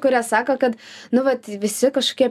kurie sako kad nu vat visi kažkokie